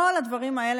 כל הדברים האלה,